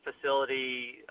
facility